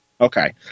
Okay